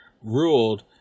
ruled